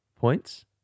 points